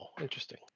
interesting